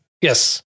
Yes